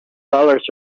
dollars